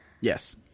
yes